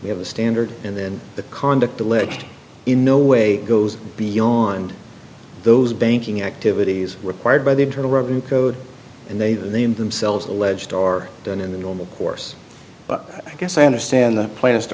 we have a standard and then the conduct alleged in no way goes beyond those banking activities required by the internal revenue code and they then themselves alleged are done in the normal course but i guess i understand the pla